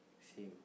same